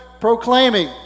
proclaiming